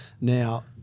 Now